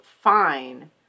fine